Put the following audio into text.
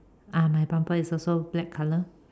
ah my bumper is also black color